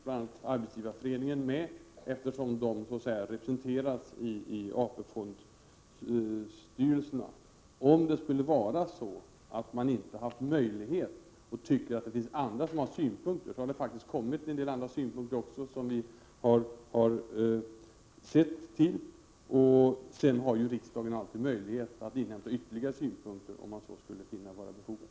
Herr talman! Listan över remissinstanser är framtagen enligt vedertagna normer och där finns Svenska arbetsgivareföreningen med, eftersom den så att säga representeras i AP-fondstyrelserna. Det har faktiskt kommit en hel del andra synpunkter också som vi har beaktat, och sedan har ju riksdagen alltid möjlighet att inhämta ytterligare synpunkter, om man skulle finna att så skulle vara befogat.